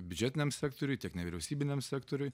biudžetiniam sektoriui tiek nevyriausybiniam sektoriui